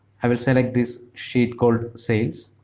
i will select this sheet called sales.